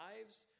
lives